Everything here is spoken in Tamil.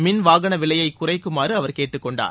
மின் வாகன விலையை குறைக்குமாறு அவர் கேட்டுக் கொண்டார்